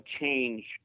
change